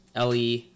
LE